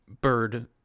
bird